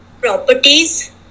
properties